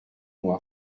moi